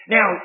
Now